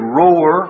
roar